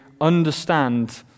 understand